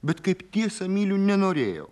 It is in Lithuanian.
bet kaip tiesą myliu nenorėjau